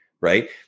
right